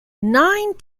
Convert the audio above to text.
nine